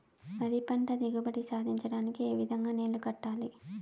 వరి పంట దిగుబడి సాధించడానికి, ఏ విధంగా నీళ్లు కట్టాలి?